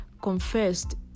confessed